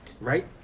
right